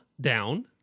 down